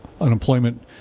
unemployment